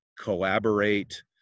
collaborate